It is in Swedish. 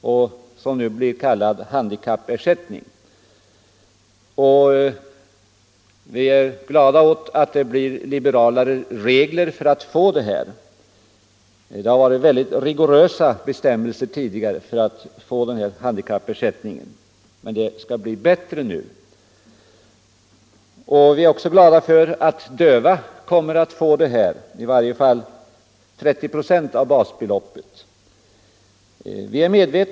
Den kommer att kallas handikappersättning. Vi är glada över att reglerna för att få denna ersättning blir liberalare. Bestämmelserna tidigare har varit mycket rigorösa, men nu skall det bli bättre. Vi gläder oss också över den ersättning som de döva kommer att få, 30 procent av basbeloppet minst.